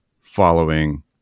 following